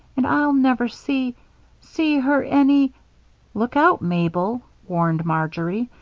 and i'll never see see her any look out, mabel, warned marjory,